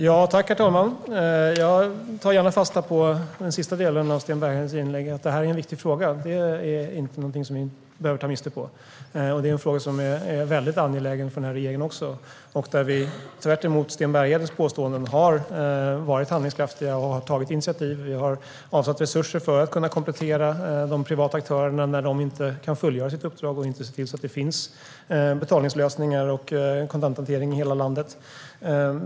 Herr talman! Jag tar gärna fasta på den sista delen av Sten Berghedens inlägg, att det här är en viktig fråga. Det är inget som man behöver ta miste på. Det är en fråga som är mycket angelägen också för den här regeringen. Tvärtemot Sten Berghedens påståenden har vi varit handlingskraftiga och tagit initiativ. Vi har avsatt resurser för att kunna komplettera de privata aktörerna när de inte kan fullgöra sitt uppdrag, så att det finns betalningslösningar och kontanthantering i hela landet.